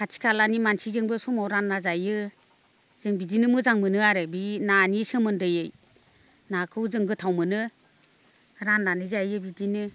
खाथि खालानि मानसिजोंबो समाव रानना जायो जों बिदिनो मोजां मोनो आरो बि नानि सोमोन्दै नाखौ जों गोथाव मोनो राननानै जायो बिदिनो